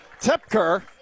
Tepker